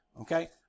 Okay